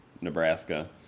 Nebraska